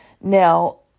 Now